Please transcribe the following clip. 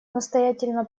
настоятельно